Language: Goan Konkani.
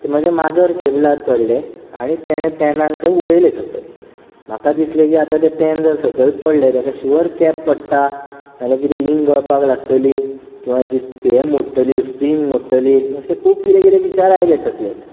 तर म्हाजें माजर टेबलार चडलें आनी तांणे पॅनाक त्या उडयलें सकल म्हाका दिसलें आतां जर पॅन सकल पडलें जाल्यार श्यूअर चेंप पडटा नाल्यार कितें इंक गळपाक लागतली किंवा हें मोडटली स्प्रींग मोडटली अशे खूब कितें कितें विचार आयले तकलेंत